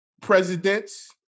presidents